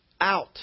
out